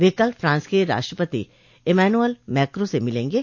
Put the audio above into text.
वे कल फ्रांस के राष्ट्रपति इमैनुअल मैक्रों से मिलेंगे